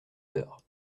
heures